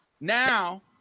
Now